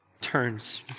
turns